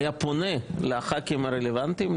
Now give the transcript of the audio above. שהיה פונה לחה"כים הרלוונטיים,